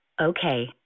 Okay